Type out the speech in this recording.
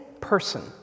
person